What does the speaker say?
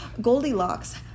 Goldilocks